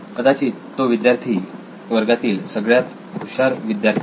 कदाचित तो वर्गातील सगळ्यात हुशार विद्यार्थी